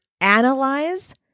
analyze